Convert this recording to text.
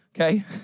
Okay